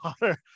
water